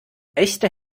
echte